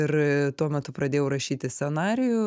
ir tuo metu pradėjau rašyti scenarijų